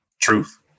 truth